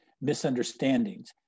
misunderstandings